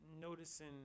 noticing